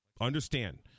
understand